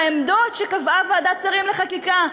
בעמדות שקבעה ועדת השרים לחקיקה,